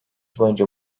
boyunca